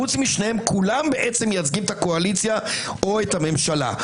חוץ משניהם כולם מייצגים את הקואליציה או את הממשלה.